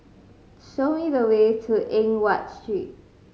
show me the way to Eng Watt Street